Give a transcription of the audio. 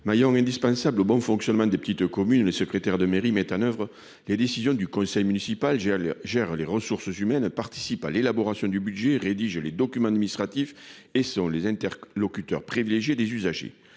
maillon indispensable au bon fonctionnement des petites communes, le secrétaire de mairie met en oeuvre les décisions du conseil municipal, j'ai gère les ressources humaines, participe à l'élaboration du budget. Les documents administratifs et sont les interlocuteurs privilégiés des usagers.